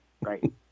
Right